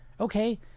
Okay